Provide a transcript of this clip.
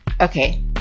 Okay